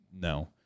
no